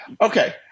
Okay